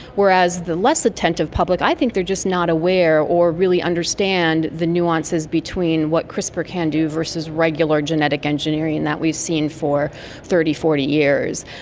whereas the less attentive public, i think they are just not aware or really understand the nuances between what crispr can do versus regular genetic engineering that we've seen for thirty, forty years.